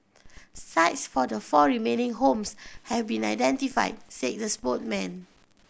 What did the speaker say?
sites for the four remaining homes have been identified said the spokesperson